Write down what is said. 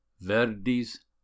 Verdi's